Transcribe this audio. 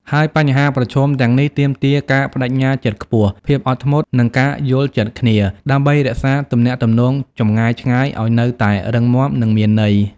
ហើយបញ្ហាប្រឈមទាំងនេះទាមទារការប្តេជ្ញាចិត្តខ្ពស់ ភាពអត់ធ្មត់ និងការយល់ចិត្តគ្នា ដើម្បីរក្សាទំនាក់ទំនងចម្ងាយឆ្ងាយឱ្យនៅតែរឹងមាំ និងមានន័យ។